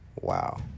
Wow